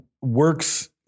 works